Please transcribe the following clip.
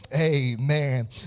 Amen